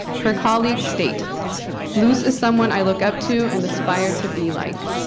her colleagues state luz is someone i look up to and aspire to be like.